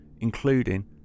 including